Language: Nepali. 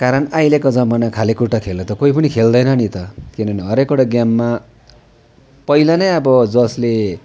कारण अहिलेको जमाना खाली खुट्टा खेल्ने त कोही पनि खेल्दैन नि त किनभने हरेकवटा गेममा पहिला नै अब जसले